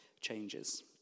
changes